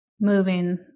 moving